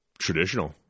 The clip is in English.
Traditional